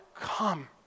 come